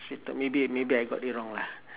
frustrated maybe maybe I got it wrong lah